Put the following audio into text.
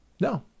no